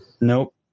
Nope